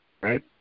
right